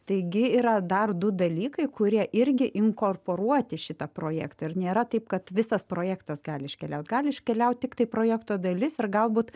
taigi yra dar du dalykai kurie irgi inkorporuoti šitą projektą ir nėra taip kad visas projektas gali iškeliaut gali iškeliaut tiktai projekto dalis ir galbūt